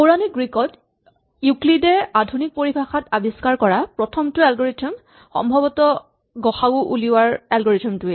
পৌৰাণিক গ্ৰীক ত ইউক্লিডে আধুনিক পৰিভাষাত আৱিস্কাৰ কৰা প্ৰথমটো এলগৰিথম সম্ভৱতঃ গ সা উ ৰ এলগৰিথম টো